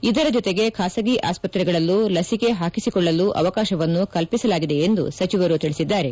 ಇದರ ಜೊತೆಗೆ ಖಾಸಗಿ ಆಸ್ಪತ್ರೆಗಳಲ್ಲೂ ಲಸಿಕೆ ಹಾಕಿಸಿಕೊಳ್ಳಲು ಅವಕಾಶವನ್ನು ಕಲ್ಪಿಸಲಾಗಿದೆ ಎಂದು ಸಚಿವರು ತಿಳಿಸಿದ್ದಾರೆ